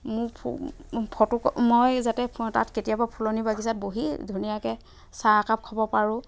মোৰ ফটো মই যাতে তাত কেতিয়াবা ফুলনি বাগিচাত বহি ধুনীয়াকৈ চাহ একাপ খাব পাৰোঁ